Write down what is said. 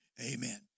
Amen